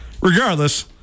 Regardless